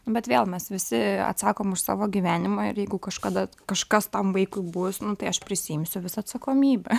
bet vėl mes visi atsakom už savo gyvenimą ir jeigu kažkada kažkas tam vaikui bus nu tai aš prisiimsiu visą atsakomybę